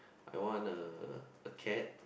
I want a a cat